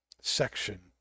section